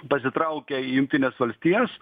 pasitraukia į jungtines valstijas